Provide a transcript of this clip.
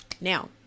Now